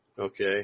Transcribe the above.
Okay